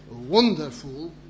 wonderful